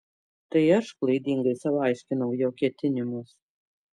tai aš klaidingai sau aiškinau jo ketinimus